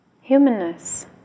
humanness